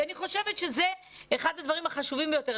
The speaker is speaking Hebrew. אני חושבת שזה אחד הדברים החשובים ביותר,